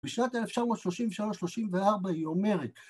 ‫בשנת 1933-34 היא אומרת...